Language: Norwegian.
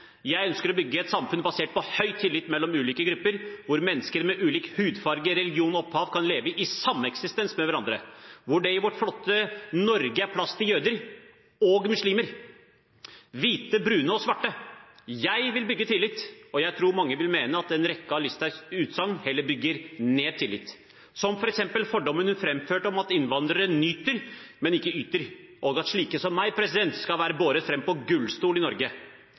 Jeg ønsker å bygge et samfunn basert på høy tillit mellom ulike grupper, hvor mennesker med ulik hudfarge, religion og opphav kan leve i sameksistens med hverandre, hvor det i vårt flotte Norge er plass til jøder og muslimer – hvite, brune og svarte. Jeg vil bygge tillit. Og jeg tror mange vil mene at en rekke av Listhaugs utsagn heller bygger ned tilliten, som f.eks. fordommen hun framførte om at innvandrere nyter, men ikke yter, og at slike som meg skal være båret fram på gullstol i Norge.